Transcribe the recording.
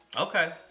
okay